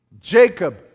Jacob